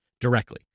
directly